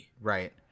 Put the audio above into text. Right